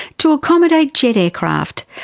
to accommodate jet aircraft,